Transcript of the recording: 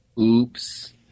Oops